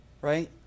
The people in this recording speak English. right